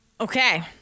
Okay